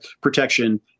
protection